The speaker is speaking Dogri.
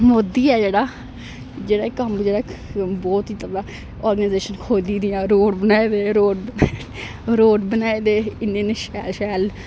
मोदी ऐ जेह्ड़ा जेह्ड़ा कम्म जेह्ड़ा बहुत दा आर्गेनाइजेशन खो्ली दियां रोड़ बनाए दे रोड़ रोड़ बनाए दे इन्ने इन्ने शैल शैल